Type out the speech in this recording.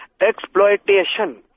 exploitation